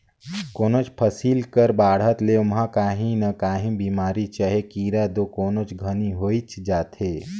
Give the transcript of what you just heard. कोनोच फसिल कर बाढ़त ले ओमहा काही न काही बेमारी चहे कीरा दो कोनोच घनी होइच जाथे